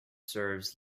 serves